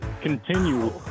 continue